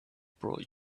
brought